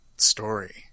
story